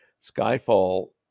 Skyfall